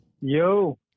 Yo